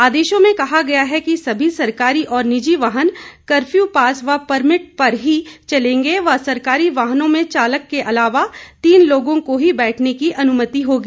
आदेशों में कहा गया है कि सभी सरकारी और निजी वाहन कर्फ्यू पास व परमिट पर ही चलेंगे व सरकारी वाहनों में चालक के अलावा तीन लोगों को ही बैठने की अनुमति होगी